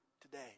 today